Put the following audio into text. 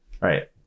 Right